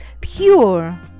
pure